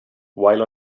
while